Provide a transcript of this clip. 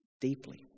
deeply